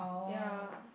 ya